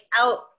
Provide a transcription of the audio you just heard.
out